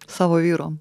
savo vyro